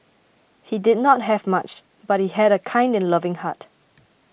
he did not have much but he had a kind and loving heart